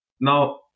Now